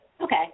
Okay